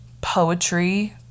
poetry